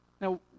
Now